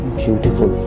beautiful